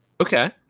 Okay